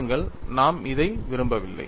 பாருங்கள் நாம் இதை விரும்பவில்லை